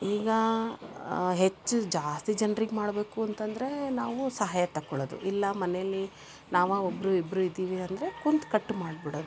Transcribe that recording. ಈಗ ಹೆಚ್ಚು ಜಾಸ್ತಿ ಜನ್ರಿಗೆ ಮಾಡಬೇಕು ಅಂತಂದರೆ ನಾವು ಸಹಾಯ ತಗೊಳೋದು ಇಲ್ಲ ಮನೆಯಲ್ಲಿ ನಾವೇ ಒಬ್ಬರು ಇಬ್ಬರು ಇದ್ದೀವಿ ಅಂದರೆ ಕುಂತು ಕಟ್ ಮಾಡಿಬಿಡೋದು